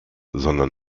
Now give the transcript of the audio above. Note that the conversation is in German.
sondern